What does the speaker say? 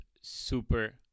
super